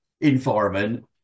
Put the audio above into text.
environment